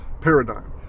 paradigm